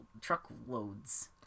truckloads